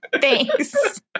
Thanks